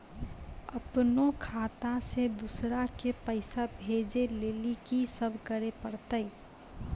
अपनो खाता से दूसरा के पैसा भेजै लेली की सब करे परतै?